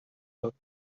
look